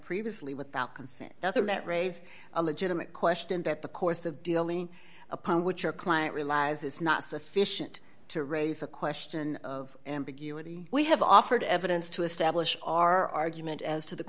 previously without consent doesn't that raise a legitimate question that the course of dealing upon which your client realize is not sufficient to raise the question of ambiguity we have offered evidence to establish our argument as to the